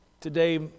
today